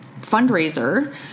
fundraiser